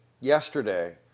yesterday